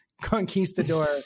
conquistador